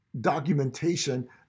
documentation